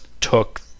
took